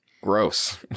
gross